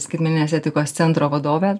skaitmeninės etikos centro vadove